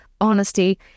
honesty